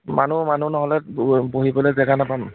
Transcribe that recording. মানুহ মানুহ নহ'লে বহিবলৈ জেগা নেপাম